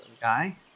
guy